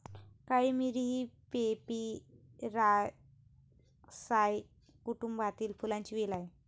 काळी मिरी ही पिपेरासाए कुटुंबातील फुलांची वेल आहे